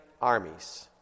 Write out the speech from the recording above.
armies